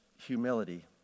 humility